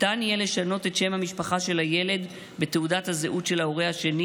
ניתן יהיה לשנות את שם המשפחה של הילד בתעודת הזהות של ההורה השני